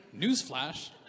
Newsflash